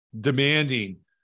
Demanding